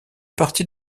partie